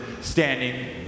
standing